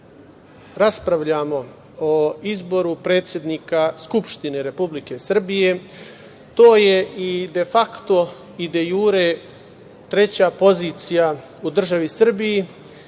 raspravljamo o izboru predsednika Skupštine Republike Srbije. To je i de fakto i de jure treća pozicija u državi Srbiji